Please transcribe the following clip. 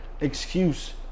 excuse